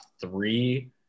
three